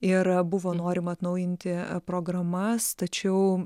ir buvo norima atnaujinti programas tačiau